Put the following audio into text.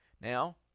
Now